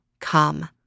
come